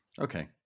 Okay